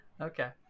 Okay